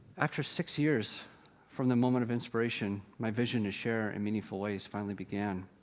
after six years from the moment of inspiration, my vision to share in meaningful ways finally began.